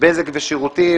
(בזק ושידורים)